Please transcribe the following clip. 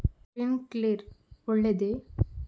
Sprinkler ಒಳ್ಳೇದೇ?